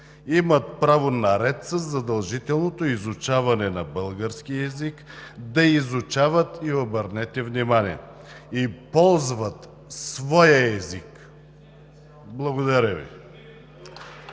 имат право наред със задължителното изучаване на български език да изучават – обърнете внимание – и ползват своя език.“ Благодаря Ви.